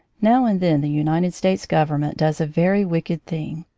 now and then the united states govern ment does a very wicked thing.